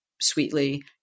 sweetly